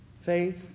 Faith